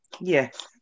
yes